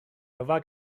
nova